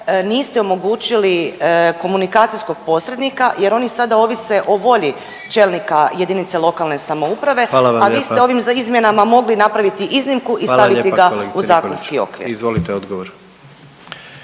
niste omogućili komunikacijskog posrednika jer oni sada ovise o volji čelnika jedinice lokalne samouprave … …/Upadica predsjednik: Hvala lijepa./… … a vi ste ovim izmjenama mogli napraviti iznimku i staviti ga u zakonski okvir.